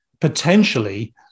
potentially